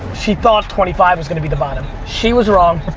she thought twenty five was gonna be the bottom, she was wrong.